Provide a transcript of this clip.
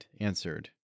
answered